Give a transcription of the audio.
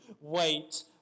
wait